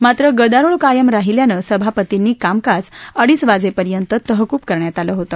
मात्र गदारोळ कायम राहिल्यानं सभापर्तीनी कामकाज अडीच वाजेपर्यंत तहकूब करण्यात आलं होतं